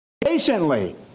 patiently